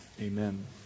Amen